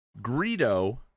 Greedo